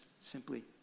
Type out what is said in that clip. simply